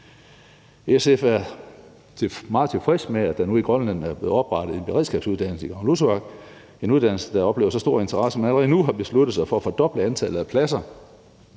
SF er meget tilfredse med, at der nu i Grønland er blevet oprettet en beredskabsuddannelse i Kangerlussuaq, en uddannelse, der oplever så stor interesse, at man allerede nu har besluttet sig for at fordoble antallet af pladser,